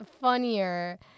funnier